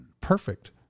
perfect